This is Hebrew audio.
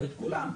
כולן,